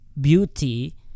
beauty